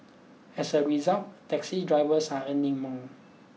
as a result taxi drivers are earning more